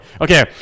Okay